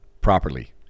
properly